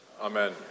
Amen